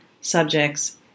subjects